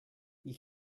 you